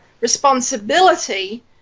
responsibility